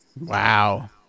Wow